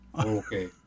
okay